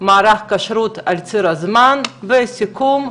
מערך כשרות על ציר הזמן וסיכום,